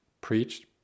preached